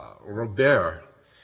Robert